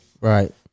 Right